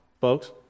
folks